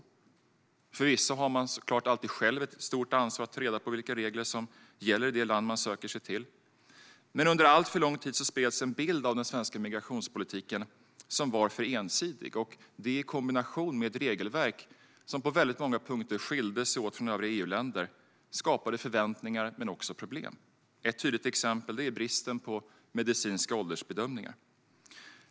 Förvisso har man såklart alltid själv ett stort ansvar att ta reda på vilka regler som gäller i det land man söker sig till. Men under alltför lång tid spreds en bild av den svenska migrationspolitiken som var för ensidig, och detta, i kombination med ett regelverk som på väldigt många punkter skilde sig åt från övriga EU-länders, skapade förväntningar men också problem. Ett tydligt exempel är bristen på medicinska åldersbedömningar.